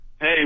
Hey